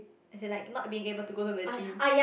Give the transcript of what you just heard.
as in like not being able to go the gym